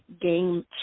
game